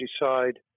decide